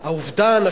האובדן,